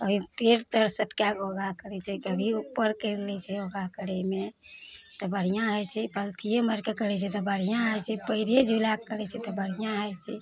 कभी पेट तर सटका के योगा करै छै कभी ऊपर करि लै छै योगा करयमे तऽ बढ़िआँ होइ छै पलथिए मारिके करै छै तऽ बढ़ियाँ होइ छै पएरे झुला कऽ करै छै तऽ बढ़िआँ होइ छै